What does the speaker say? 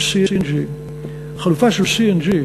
של CNG. החלופה של CNG,